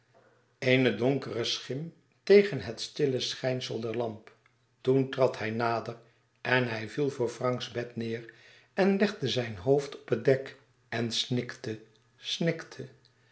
eene donkere schim tegen het stille schijnsel der lamp toen trad hij nader en hij viel voor franks bed neêr en legde zijn hoofd op het dek en snikte snikte